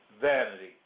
vanity